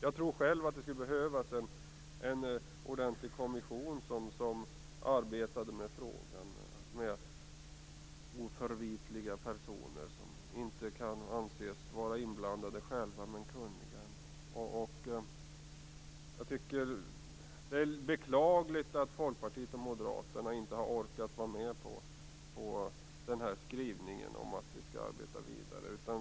Jag tror själv att det skulle behövas en ordentlig kommission med oförvitliga och kunniga personer, som inte kan anses vara inblandade själva, som arbetar med frågan. Det är beklagligt att Folkpartiet och Moderaterna inte har orkat stå bakom skrivningen om att vi skall arbeta vidare.